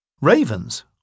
Ravens